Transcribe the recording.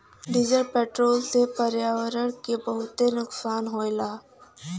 diesel petrol से पर्यावरण के बहुते नुकसान होला